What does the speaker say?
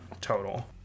total